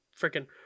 freaking